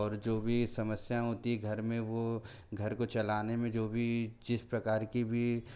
और जो भी समस्याएं होती घर में वो घर को चलाने में जो भी जिस प्रकार की भी